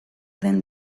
den